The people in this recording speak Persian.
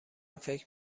فکر